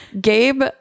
Gabe